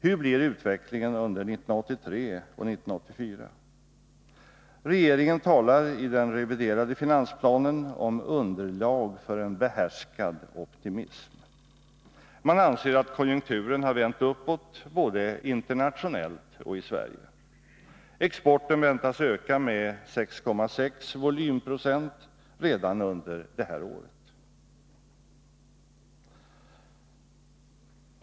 Hur blir utvecklingen under 1983 och 1984? Regeringen talar i den reviderade finansplanen om underlag för en behärskad optimism. Man anser att konjunkturen har vänt uppåt både internationellt och i Sverige. Exporten väntas öka med 6,6 volymprocent redan under detta år.